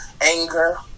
anger